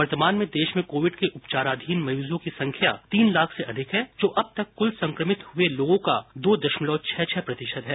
वर्तमान में देश में कोविड के उपचाराधीन मरीजों की संख्या तीन लाख से अधिक है जो अब तक कुल संक्रमित हुए लोगों का दो दशमलव छह छह प्रतिशत है